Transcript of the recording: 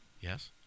Yes